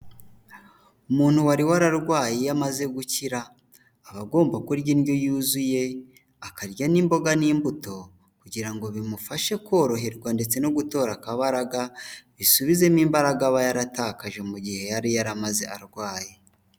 Umuntu wari wararwaye iyo amaze gukira, aba agomba kurya indyo yuzuye, akarya n'imboga n'imbuto, kugira ngo bimufashe koroherwa ndetse no gutora akabaraga, bisubizemo imbaraga aba yaratakaje mu gihe yari yaramaze arwaye.